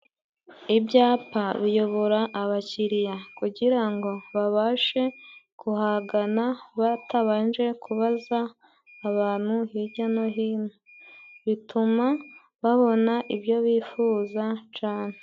Ibyapa biyobora abakiriya kugirango babashe kuhagana batabanje kubaza abantu hijya no hino, bituma babona ibyo bifuza cane.